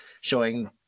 showing